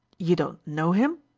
you don't know him?